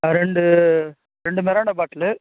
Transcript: ரெண்டு ரெண்டு Mirinda bottle